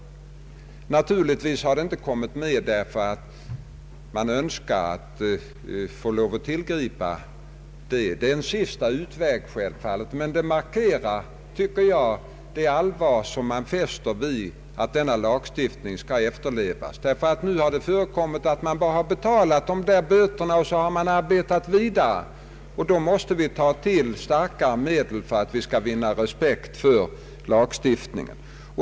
Naturligtvis har fängelsestraffet inte kommit med därför att man önskar att få tillgripa det. Det är självfallet en sista utväg, men det markerar det allvar som man fäster vid att denna lagstiftning skall efterlevas. Hittills har det hänt att den som begått ett sådant här brott bara betalat böterna och sedan arbetat vidare. Då måste vi ta till starkare medel för att vinna respekt för lagstiftningen.